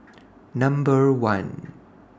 Number one